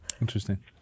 Interesting